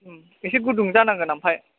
एसे गुदुं जानांगोन ओमफ्राय